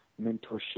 mentorship